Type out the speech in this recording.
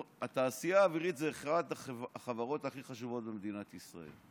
התעשייה האווירית היא אחת החברות הכי חשובות במדינת ישראל,